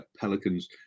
Pelicans